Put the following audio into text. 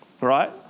right